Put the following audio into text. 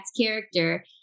character